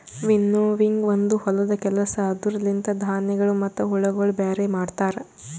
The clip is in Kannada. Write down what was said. ವಿನ್ನೋವಿಂಗ್ ಒಂದು ಹೊಲದ ಕೆಲಸ ಅದುರ ಲಿಂತ ಧಾನ್ಯಗಳು ಮತ್ತ ಹುಳಗೊಳ ಬ್ಯಾರೆ ಮಾಡ್ತರ